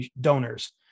donors